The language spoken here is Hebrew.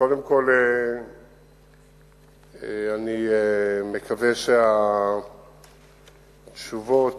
קודם כול, אני מקווה שהתשובות